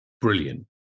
Brilliant